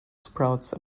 sprouts